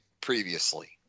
previously